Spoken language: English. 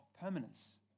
permanence